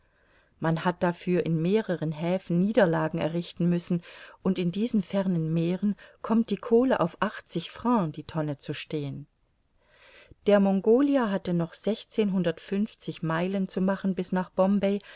man hat dafür in mehreren häfen niederlagen errichten müssen und in diesen fernen meeren kommt die kohle auf achtzig francs die tonne zu stehen der mongolia hatte noch sechzehnhundertfünfzig meilen zu machen bis nach bombay